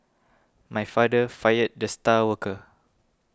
my father fired the star worker